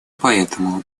поэтому